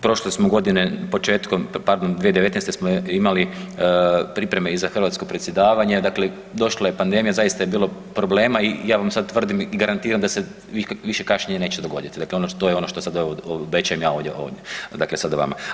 Prošle smo godine, početkom, pardon, 2019. smo imali pripreme i za hrvatsko predsjedavanje, dakle, došla je pandemija, zaista je bilo problema i ja vam sad tvrdim i garantiram da se više kašnjenje neće dogoditi, dakle to je ono što sad obećajem ja ovdje, dakle sada vama.